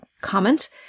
comment